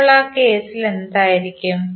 അപ്പോൾ ഈ കേസിൽ എന്തായിരിക്കും